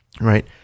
Right